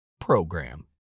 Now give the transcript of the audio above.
program